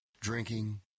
Drinking